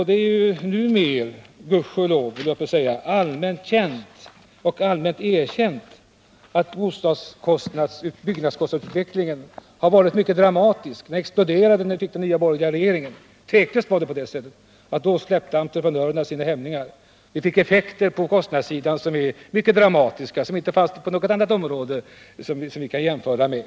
Det är numera allmänt erkänt att byggnadskostnadsutvecklingen har varit mycket dramatisk. Byggnadskostnaderna exploderade när vi fick en borgerlig regering. Tveklöst var det på det sättet att då släppte entreprenörerna sina hämningar. Vi fick effekter på kostnadssidan som är mycket dramatiska och som inte uppstått på något annat område som vi kan jämföra med.